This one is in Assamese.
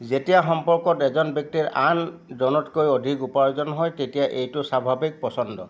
যেতিয়া সম্পৰ্কত এজন ব্যক্তিৰ আন জনতকৈ অধিক উপাৰ্জন হয় তেতিয়া এইটো স্বাভাৱিক পছন্দ